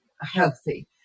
healthy